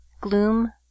Gloom